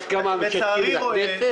ברגע שיש הסכמה אפשר לדון בכל דבר.